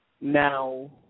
Now